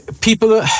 people